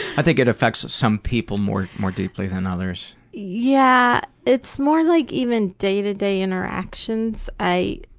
i think it affects some people more more deeply than others. yeah, it's more like even day to day interactions, i,